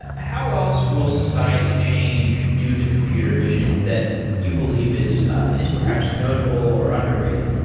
ah how else will society change due to computer vision that you believe is is perhaps notable, or underrated?